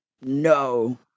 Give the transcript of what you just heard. no